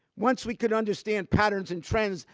once we could understand patterns and trends,